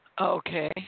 Okay